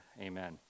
Amen